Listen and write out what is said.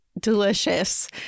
delicious